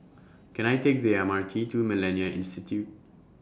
Can I Take The M R T to Millennia Institute